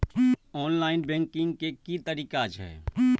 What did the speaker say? Online banking के की तरीका छै?